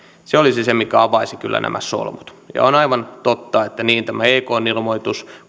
se olisi se mikä avaisi kyllä nämä solmut ja on aivan totta että ei tämä ekn ilmoitus